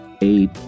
eight